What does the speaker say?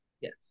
yes